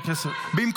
סליחה,